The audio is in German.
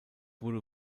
wurde